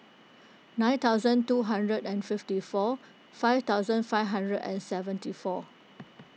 nine thousand two hundred and fifty four five thousand five hundred and seventy four